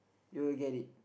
you will get it